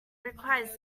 requires